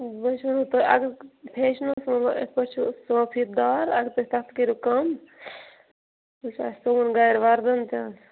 ونۍ وٕچھَو نَہ تُہۍ اگر فیٚشنس اگر تُہۍ تتھ کٔرِو کَم اَسہِ سُوُن گَرِ وردن تہِ